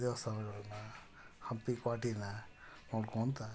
ದೇವಸ್ಥಾನಗಳನ್ನು ಹಂಪಿ ಕ್ವಾಟೆನ ನೋಡ್ಕೋತ